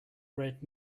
red